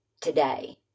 today